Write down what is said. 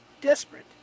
desperate